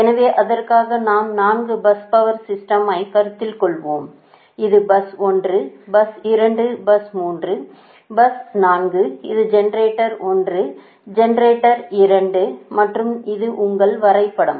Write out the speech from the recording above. எனவே அதற்காக நாம் 4 பஸ் பவர் சிஸ்டமை கருத்தில் கொள்வோம் இது பஸ் 1 பஸ் 2 பஸ் 3 பஸ் 4 இது ஜெனரேட்டர் 1 ஜெனரேட்டர் 2 மற்றும் இது உங்கள் வரைபடம்